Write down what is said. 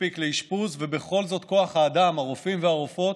לאשפוז ובכל זאת כוח האדם, הרופאים והרופאות,